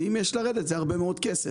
ואם יש לאן לרדת אז זה הרבה מאוד כסף,